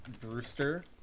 Brewster